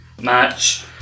match